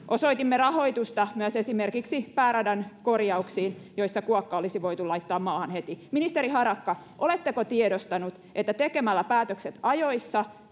osoitimme rahoitusta myös esimerkiksi pääradan korjauksiin joissa kuokka olisi voitu laittaa maahan heti ministeri harakka oletteko tiedostanut että tekemällä päätökset ajoissa